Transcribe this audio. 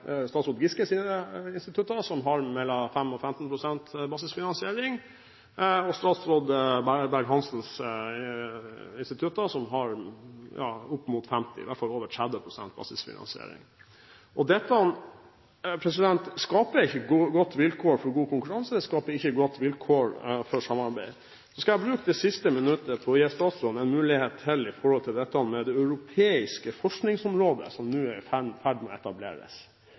statsråd Giskes institutter, som har mellom 5 og 15 pst. basisfinansiering, og statsråd Berg-Hansens institutter, som har opp mot 50 pst. – i hvert fall over 30 pst. – basisfinansiering. Dette skaper ikke gode vilkår for god konkurranse, og det skaper ikke gode vilkår for samarbeid. Så skal jeg bruke det siste minuttet på å gi statsråden en mulighet til når det gjelder det europeiske forskningsområdet som man nå er i ferd med å